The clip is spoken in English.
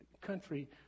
country